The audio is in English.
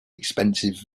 expensive